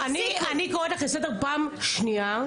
אני קוראת לך לסדר פעם שנייה,